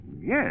yes